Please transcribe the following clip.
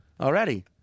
already